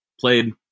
played